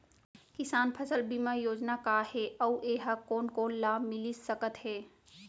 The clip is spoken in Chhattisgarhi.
किसान फसल बीमा योजना का हे अऊ ए हा कोन कोन ला मिलिस सकत हे?